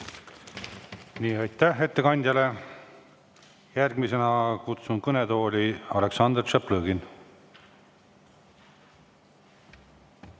Aitäh! Aitäh ettekandjale! Järgmisena kutsun kõnetooli Aleksandr Tšaplõgini.